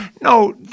no